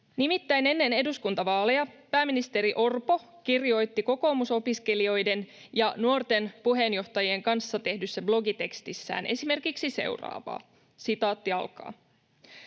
Nimittäin ennen eduskuntavaaleja pääministeri Orpo kirjoitti kokoomusopiskelijoiden ja -nuorten puheenjohtajien kanssa tehdyssä blogitekstissään esimerkiksi seuraavaa: ”Asumisen